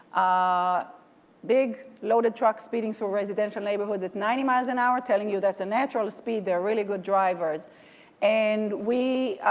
ah big loaded truck speeding through residential neighborhoods at ninety miles an hour telling you that's a natural speed, they are really good drivers and we